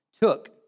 took